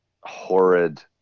horrid